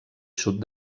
sud